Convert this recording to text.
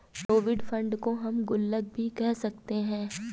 provident fund को हम गुल्लक भी कह सकते हैं